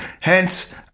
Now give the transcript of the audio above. Hence